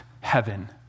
heaven